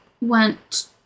went